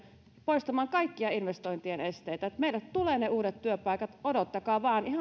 poistamaan kaikkia investointien esteitä meille tulee ne uudet työpaikat odottakaa vain ihan